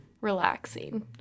relaxing